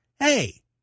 hey